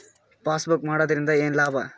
Passbook ಮಾಡುದರಿಂದ ಏನು ಲಾಭ?